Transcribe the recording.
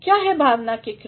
क्या है भावना के क्रिया